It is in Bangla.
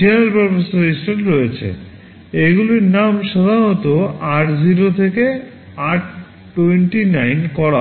general purpose REGISTER রয়েছে এগুলির নাম সাধারণত r0 থেকে r29 করা হয়